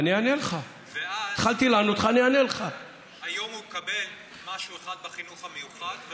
ואז היום הוא מקבל משהו אחד בחינוך המיוחד,